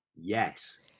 Yes